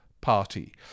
party